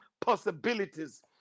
possibilities